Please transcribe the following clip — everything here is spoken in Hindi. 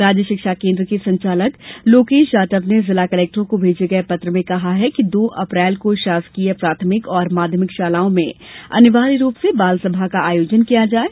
राज्य शिक्षा केन्द्र के संचालक लोकेश जाटव ने जिला कलेक्टरों को भेजे गए पत्र में कहा है कि दो अप्रैल को शासकीय प्राथमिक और माध्यमिक शालाओं में अनिवार्य रूप से बाल सभा का आयोजन किया जायें